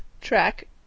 track